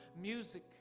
music